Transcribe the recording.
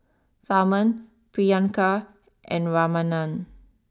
Tharman Priyanka and Ramanand